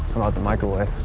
about the microwave?